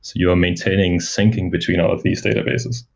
you are maintaining syncing between all of these databases.